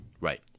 Right